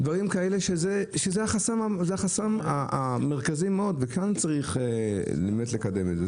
אלו דברים כאלה שזה החסם המרכזי מאוד וכאן צריך באמת לקדם את זה,